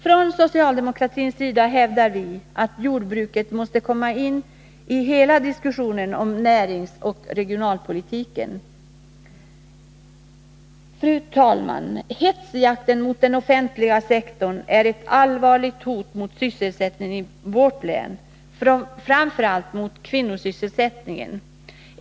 Från socialdemokratins sida hävdar vi att jordbruket måste komma in i hela Fru talman! Hetsjakten mot den offentliga sektorn är ett allvarligt hot mot sysselsättningen i vårt län, framför allt mot kvinnosysselsättningen.